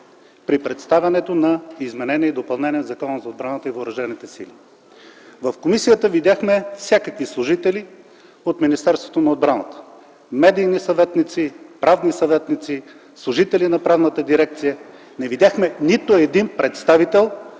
при представянето на изменение и допълнение на Закона за отбраната и въоръжените сили. В комисията видяхме всякакви служители от Министерството на отбраната – медийни съветници, правни съветници, служители на Правната дирекция. Не видяхме нито един представител